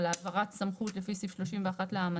על העברת סמכות לפי סעיף 31 לאמנה,